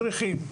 מדריכים,